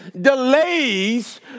delays